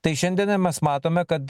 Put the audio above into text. tai šiandienai mes matome kad